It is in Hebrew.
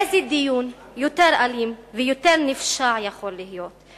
איזה דיון יותר אלים ויותר נפשע יכול להיות,